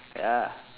ya